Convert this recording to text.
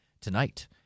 tonight